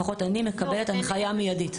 לפחות אני מקבלת הנחיה מיידית.